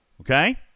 Okay